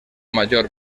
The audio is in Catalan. major